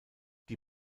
die